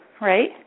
right